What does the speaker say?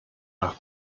nach